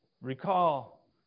Recall